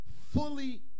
fully